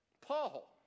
Paul